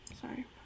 Sorry